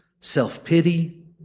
self-pity